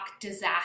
Disaster